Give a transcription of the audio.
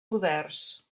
poders